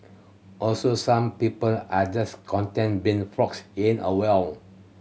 also some people are just content being frogs in a well